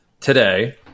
today